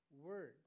word